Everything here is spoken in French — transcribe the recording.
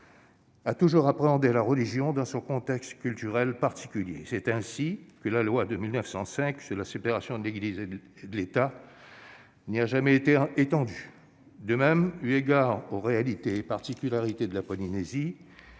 a toujours appréhendé la religion dans son contexte culturel particulier. C'est ainsi que la loi de 1905 concernant la séparation des Églises et de l'État n'y a jamais été étendue. De même, eu égard aux réalités et particularités de la Polynésie,